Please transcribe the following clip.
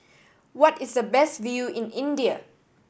what is the best view in India